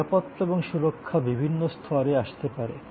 নিরাপত্তা এবং সুরক্ষা বিভিন্ন স্তরে আসতে পারে